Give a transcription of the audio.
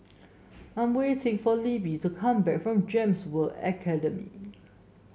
I'm waiting for Libbie to come back from Gems World Academy